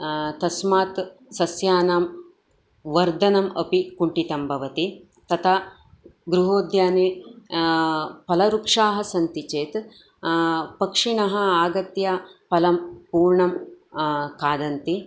तस्मात् सस्यानां वर्धनम् अपि कुण्ठितं भवति तथा गृहोद्याने फलवृक्षाः सन्ति चेत् पक्षिणः आगत्य फलं पूर्णं खादन्ति